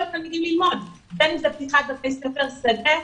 הילדים ללמוד בין אם זה פתיחת בתי ספר שדה,